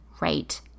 right